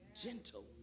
gentle